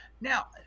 Now